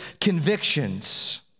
convictions